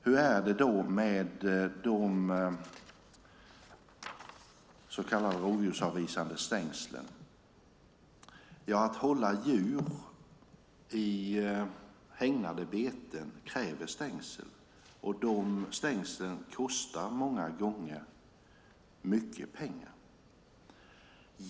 Hur är det då med de så kallade rovdjursavvisande stängslen? Att hålla djur i hägnade beten kräver stängsel, och de stängslen kostar många gånger mycket pengar.